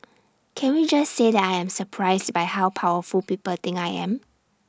can we just say that I am surprised by how powerful people think I am